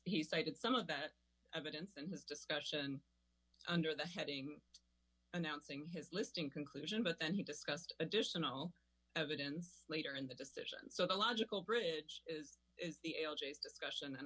just cited some of that evidence in his discussion under the heading announcing his listing conclusion but then he discussed additional evidence later in the decision so the logical bridge is the l g s discussion